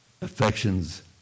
Affections